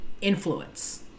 influence